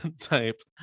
typed